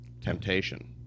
temptation